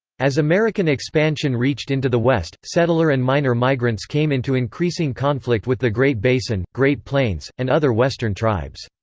as american expansion expansion reached into the west, settler and miner migrants came into increasing conflict with the great basin, great plains, and other western tribes.